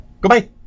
goodbye